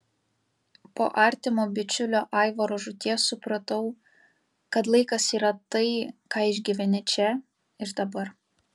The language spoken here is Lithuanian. po artimo bičiulio aivaro žūties supratau kad laikas yra tai ką išgyveni čia ir dabar